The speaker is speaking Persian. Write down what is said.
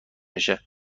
بشه